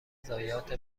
ضایعات